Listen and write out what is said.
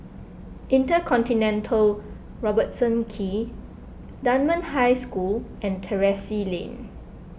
Intercontinental Robertson Quay Dunman High School and Terrasse Lane